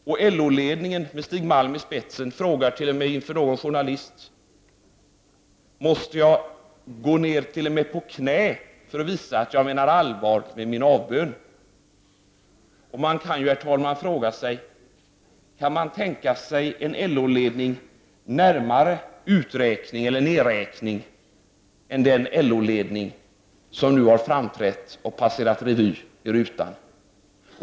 LO-ledningen med Stig Malm i spetsen frågade t.o.m. en journalist: Måste jag gå ner på knä för att visa att jag menar allvar med min avbön? Kan man tänka sig en LO-ledning närmare nedräkning än den som nu har framträtt och passerat revy i rutan?